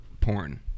porn